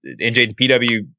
NJPW